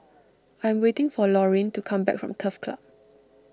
I am waiting for Laurene to come back from Turf Club